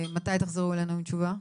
מתי תחזרו אלינו עם תשובה?